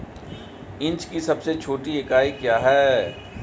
Inch की सबसे छोटी इकाई क्या है?